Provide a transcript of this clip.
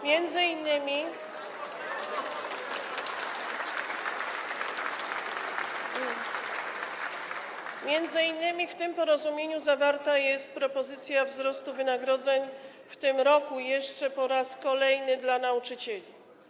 Między innymi w tym porozumieniu zawarta jest propozycja wzrostu wynagrodzeń w tym roku jeszcze po raz kolejny dla nauczycieli.